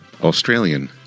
australian